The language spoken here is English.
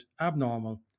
abnormal